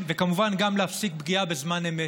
וכמובן, גם להפסיק פגיעה בזמן אמת.